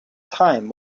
time